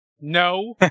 No